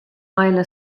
isla